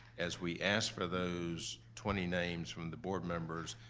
as we ask for those twenty names from the board members,